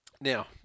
Now